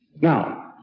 now